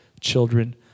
children